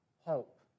hope